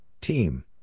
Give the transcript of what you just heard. Team